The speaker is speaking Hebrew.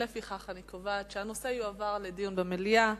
לפיכך אני קובעת שהנושא יועבר לדיון במליאה.